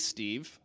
Steve